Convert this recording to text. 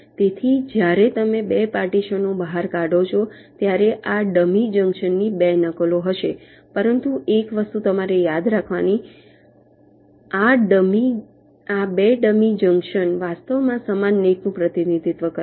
તેથી જ્યારે તમે 2 પાર્ટીશનો બહાર કાઢો છો ત્યારે આ ડમી જંકશન ની 2 નકલો હશે પરંતુ એક વસ્તુ તમારે યાદ રાખવાની પરંતુ આ 2 ડમી જંકશન વાસ્તવમાં સમાન નેટનું પ્રતિનિધિત્વ કરે છે